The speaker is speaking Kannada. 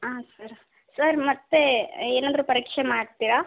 ಹಾಂ ಸರ್ ಸರ್ ಮತ್ತೆ ಏನಾದ್ರೂ ಪರೀಕ್ಷೆ ಮಾಡ್ತೀರಾ